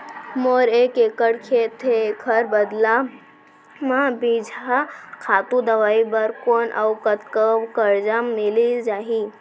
मोर एक एक्कड़ खेत हे, एखर बदला म बीजहा, खातू, दवई बर कोन अऊ कतका करजा मिलिस जाही?